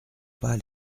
pas